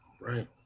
right